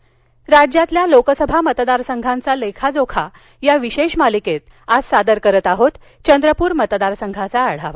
मतदारसंघ चंद्रपर राज्यातल्या लोकसभा मतदार संघांचा लेखा जोखा या विशेष मालिकेत आज सादर करत आहोत चंद्रपूर मतदारसंघाचा आढावा